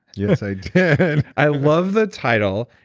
yes, i did yeah and i love the title.